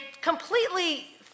completely